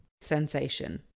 sensation